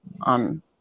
on